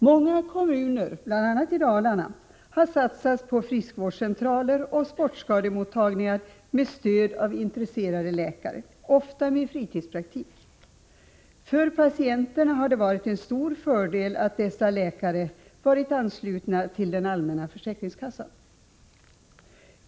Många kommuner, bl.a. i Dalarna, har satsat på friskvårdscentraler och sportskademottagningar med stöd av intresserade läkare, ofta med fritidspraktik. För patienterna har det varit en stor fördel att dessa läkare varit anslutna till den allmänna försäkringen.